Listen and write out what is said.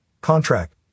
contract